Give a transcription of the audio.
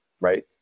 right